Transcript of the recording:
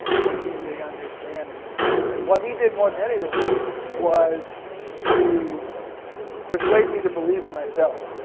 making me understand. and and and what he did more than anything was to persuade me to believe in myself.